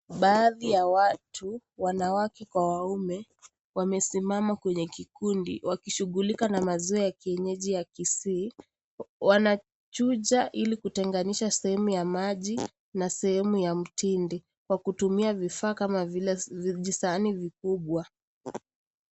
Baadhi ya watu wanawake kwa waume, wamesimama kwenye kikundi wakishughulika na maziwa ya kienyeji ya Kisii, wanajuja ili kutenganisha sehemu ya maji na sehemu ya mtindi kwa kutumia vifaa kama vile vijisahani vikubwa.